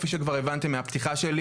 כפי שכבר הבנתם מהפתיחה שלי,